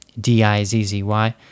D-I-Z-Z-Y